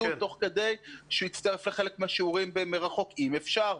כך שהוא יכול להצטרף לחלק מהשיעורים מרחוק אם אפשר,